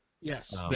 Yes